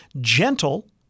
gentle